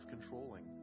controlling